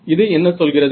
இது என்ன சொல்கிறது